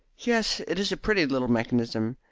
yes, it is a pretty little mechanism.